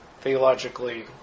theologically